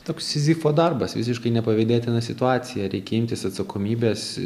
toks sizifo darbas visiškai nepavydėtina situacija reikia imtis atsakomybės